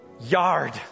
yard